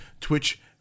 Twitch